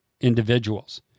individuals